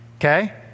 okay